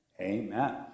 amen